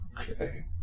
Okay